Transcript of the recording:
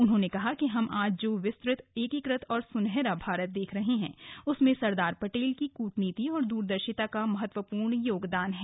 उहोंने कहा कि हम आज जो विस्तृत एकीकृत और सुनहरा भारत देख रहे हैं उसमें सरदार पटेल की कूटनीति और द्रदर्शिता का महत्वपूर्ण योगदान है